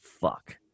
fuck